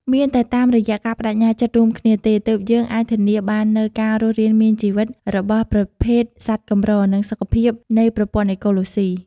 មានតែតាមរយៈការប្ដេជ្ញាចិត្តរួមគ្នាទេ ទើបយើងអាចធានាបាននូវការរស់រានមានជីវិតរបស់ប្រភេទសត្វកម្រ និងសុខភាពនៃប្រព័ន្ធអេកូឡូស៊ី។